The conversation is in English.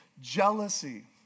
Jealousy